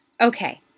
Okay